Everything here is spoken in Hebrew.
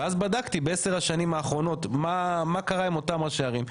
ואז בדקתי בעשר השנים האחרונות מה קרה עם אותם ראשי ערים?